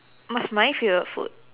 what's my favourite food